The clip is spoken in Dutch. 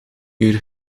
uur